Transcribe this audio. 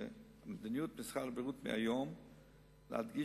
שמדיניות משרד הבריאות מהיום היא להדגיש,